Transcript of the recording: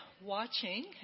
watching